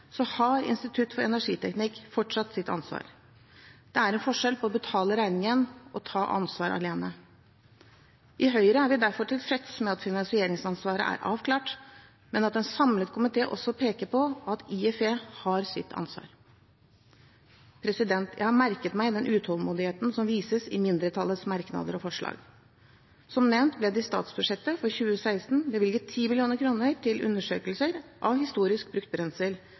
har Institutt for energiteknikk fortsatt sitt ansvar. Det er forskjell på å betale regningen og å ta ansvaret alene. I Høyre er vi derfor tilfreds med at finansieringsansvaret er avklart, men at en samlet komité også peker på at IFE har sitt ansvar. Jeg har merket meg den utålmodigheten som vises i mindretallets merknader og forslag. Som nevnt ble det i statsbudsjettet for 2016 bevilget 10 mill. kr til undersøkelse av historisk,